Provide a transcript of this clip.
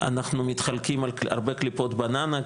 אנחנו מחליקים על הרבה קליפות בננה,